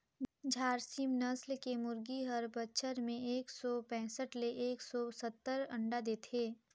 झारसीम नसल के मुरगी हर बच्छर में एक सौ पैसठ ले एक सौ सत्तर अंडा देथे